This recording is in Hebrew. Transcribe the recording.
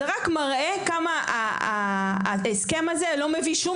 זה רק מראה כמה ההסכם הזה לא מביא שום